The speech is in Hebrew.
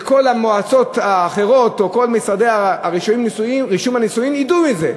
כדי שכל המועצות האחרות וכל משרדי רישום הנישואין ידעו את זה,